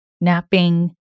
napping